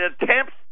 attempts